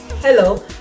Hello